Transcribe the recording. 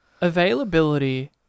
Availability